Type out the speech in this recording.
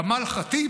כמאל ח'טיב,